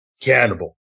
Cannibal